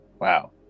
Wow